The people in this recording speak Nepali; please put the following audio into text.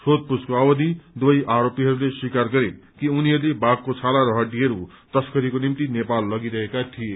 सोधपूछको अवधि दुवै आरोपीहरूले स्वीकार गरे कि उनीहरूले बाघको छाला र हड्डीहरू तस्करीको निमित नेपाल लगिरहेका थिए